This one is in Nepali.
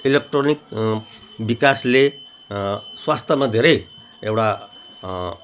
इलेक्ट्रोनिक विकासले स्वास्थ्यमा धेरै एउटा